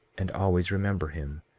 and always remember him,